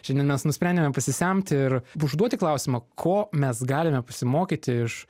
šiandien mes nusprendėme pasisemti ir užduoti klausimą ko mes galime pasimokyti iš